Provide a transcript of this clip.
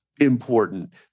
important